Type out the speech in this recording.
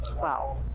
Wow